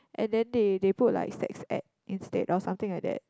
and then they they put like sex ed instead or something like that